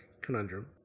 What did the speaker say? conundrum